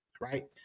Right